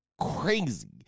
Crazy